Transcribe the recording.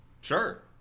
Sure